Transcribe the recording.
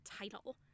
title